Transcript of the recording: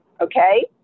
Okay